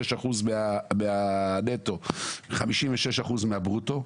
חברה והגבייה הייתה 96 אחוזים מהנטו ו-56 אחוזים מהברוטו,